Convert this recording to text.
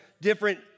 different